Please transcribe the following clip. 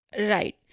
Right